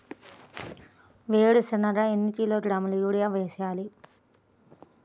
వేరుశనగకు ఎన్ని కిలోగ్రాముల యూరియా వేయాలి?